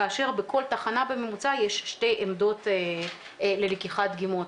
כאשר בכל תחנה בממוצע יש שתי עמדות ללקיחת דגימות,